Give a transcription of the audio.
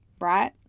right